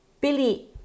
Billy